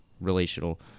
relational